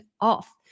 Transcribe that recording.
off